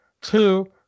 two